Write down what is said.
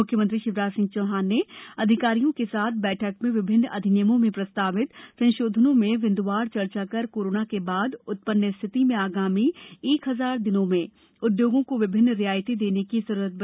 मुख्यमंत्री शिवराज सिंह चौहान ने अधिकारियों के साथ बछक में विभिन्न अधिनियमों में प्रस्तावित संशोधनों में बिन्दवार चर्चा कर कोरोना के बाद उत्पन्न स्थिति में आगामी एक हजार दिनों में उद्योगों को विभिन्न रियायतें देने की जरूरत बताई थी